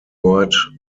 word